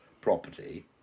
property